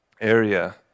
area